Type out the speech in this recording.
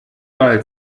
wahl